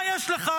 מה יש לך,